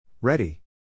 Ready